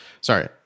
sorry